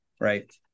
Right